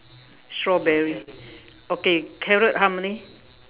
strawberry okay carrot how many